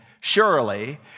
surely